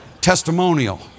Testimonial